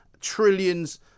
trillions